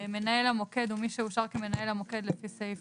"מנהל המוקד" מי שאושר כמנהל המוקד לפי סעיף